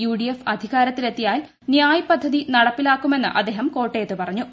UDF അധികാരത്തിലെത്തിയാൽ ന്യായ് പദ്ധതി നടപ്പിലാക്കുമെന്ന് അദ്ദേഹം കോട്ടയത്ത് പറഞ്ഞു